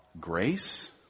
grace